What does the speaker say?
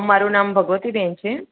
મારું નામ ભગવતી બેન છે